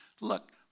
Look